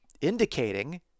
indicating